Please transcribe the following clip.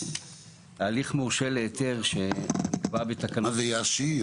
מה זה יאשי?